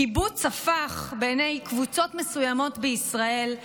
קיבוץ הפך בעיני קבוצות מסוימות בישראל